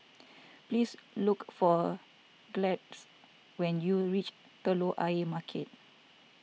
please look for Gladys when you reach Telok Ayer Market